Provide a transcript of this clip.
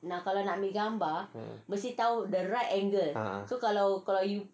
ah